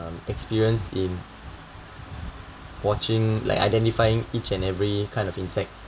um experience in watching like identifying each and every kind of insect